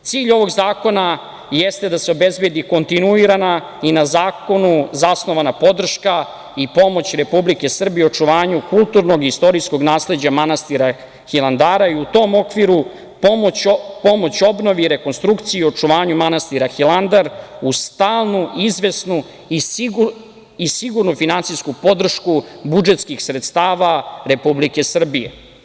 Cilj ovog zakona jeste da se obezbedi kontinuirana i na zakonu zasnovana podrška i pomoć Republike Srbije u očuvanju kulturnog i istorijskog nasleđa manastira Hilandara i u tom okviru pomoć obnovi i rekonstrukciji o očuvanju manastira Hilandar u stalnu, izvesnu i sigurnu finansijsku podršku budžetskih sredstava Republike Srbije.